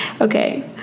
Okay